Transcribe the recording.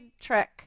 trick